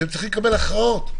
שהם צריכים לקבל הכרעות,